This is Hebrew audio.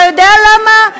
אתה יודע למה?